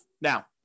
Now